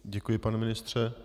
Děkuji, pane ministře.